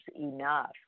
enough